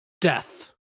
Death